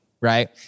right